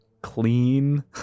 clean